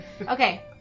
Okay